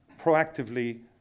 proactively